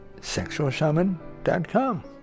sexualshaman.com